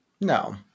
No